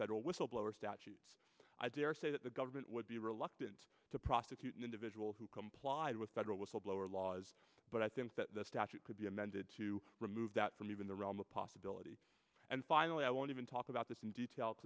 federal whistleblower statutes i daresay that the government would be reluctant to prosecute an individual who complied with federal whistleblower laws but i think that the statute could be amended to remove that from even the realm of possibility and finally i won't even talk about this in detail